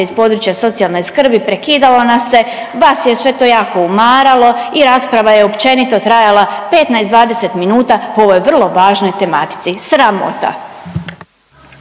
iz područja socijalne skrbi, prekidalo nas se, vas je sve to jako umaralo i rasprava je općenito trajala 15-20 minuta po ovoj vrlo važnoj tematici, sramota.